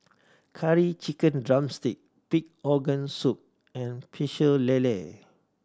Curry Chicken drumstick pig organ soup and Pecel Lele